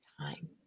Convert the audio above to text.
time